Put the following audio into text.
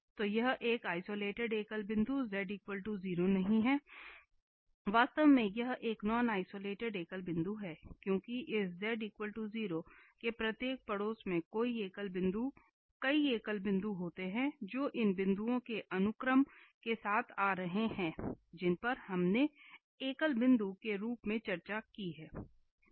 तो यह एक आइसोलेटेड एकल बिंदु z 0 नहीं है वास्तव में यह एक नॉन आइसोलेटेड एकल बिंदु है क्योंकि इस z 0 के प्रत्येक पड़ोस में कई एकल बिंदु होते हैं जो इन बिंदुओं के अनुक्रम के साथ आ रहे हैं जिन पर हमने एकल बिंदुओं के रूप में चर्चा की है